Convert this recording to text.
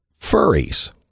furries